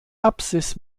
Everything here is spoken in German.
apsis